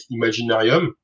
Imaginarium